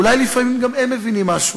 אולי לפעמים גם הם מבינים משהו.